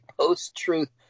post-truth